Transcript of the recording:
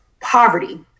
poverty